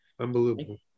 Unbelievable